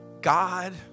God